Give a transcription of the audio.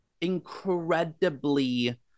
incredibly